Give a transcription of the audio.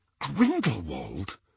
Grindelwald